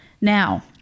Now